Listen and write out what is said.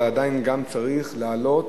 אבל עדיין גם צריך להעלות